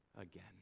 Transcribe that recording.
again